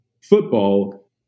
football